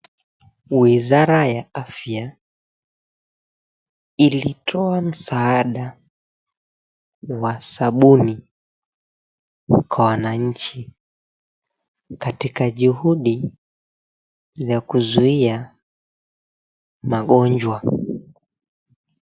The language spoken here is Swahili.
Wizara ya afya ilitoa msaada wa sabuni kwa wananchi katika juhudi ya kuzuia magonjwa.